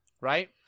Right